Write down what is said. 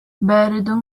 بارد